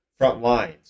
Frontlines